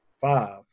five